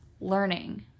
learning